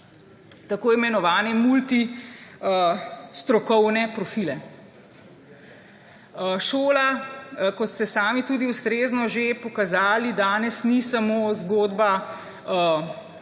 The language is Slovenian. tako imenovane multistrokovne profile. Šola, kot ste sami tudi ustrezno že pokazali danes, ni samo zgodba